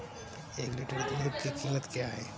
एक लीटर दूध की कीमत क्या है?